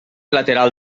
lateral